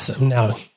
Now